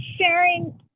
sharing